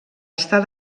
estar